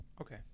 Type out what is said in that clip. Okay